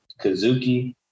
Kazuki